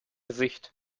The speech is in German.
sicht